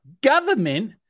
government